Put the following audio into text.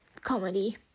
comedy